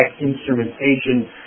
instrumentation